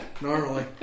Normally